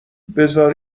بزار